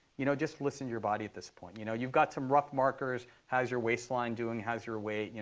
you know, just listen to your body at this point. you know you've got some rough markers. how's your waistline doing? how's your weight, you know,